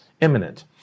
imminent